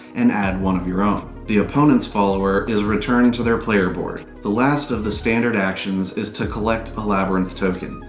and add one of your own. the opponent's follower is returned to their player board. the last of the standard actions is to collect a labyrinth token.